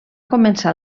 començar